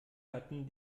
hatten